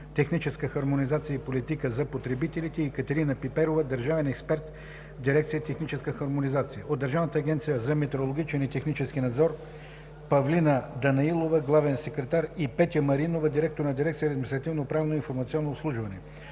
„Техническа хармонизация и политика за потребителите“, и Екатерина Пиперова – държавен експерт в Дирекция „Техническа хармонизация и политика за потребителите“; от Държавна агенция за метрологичен и технически надзор – Павлина Данаилова – главен секретар, и Петя Маринова – директор на Дирекция „Административно-правно и информационно обслужване“;